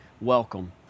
Welcome